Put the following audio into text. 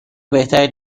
بهتری